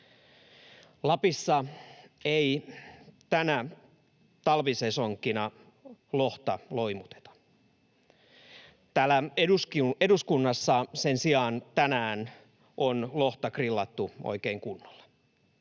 Lapissa ei tänä talvisesonkina lohta loimuteta. Täällä eduskunnassa sen sijaan tänään on lohta grillattu oikein kunnolla,